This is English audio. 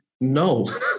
no